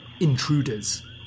Intruders